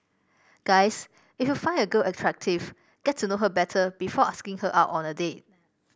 guys if you find a girl attractive get to know her better before asking her out on a date